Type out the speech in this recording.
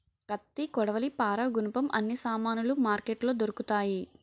కత్తి కొడవలి పారా గునపం అన్ని సామానులు మార్కెట్లో దొరుకుతాయి